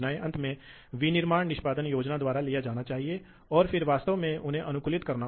तो जबकि वहाँ गति सीमा बड़ी होनी चाहिए लेकिन यह ज़रूरत से ज़्यादा बड़ी नहीं होनी चाहिए